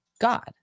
God